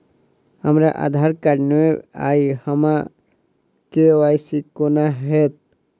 हमरा आधार कार्ड नै अई हम्मर के.वाई.सी कोना हैत?